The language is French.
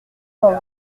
cent